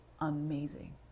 amazing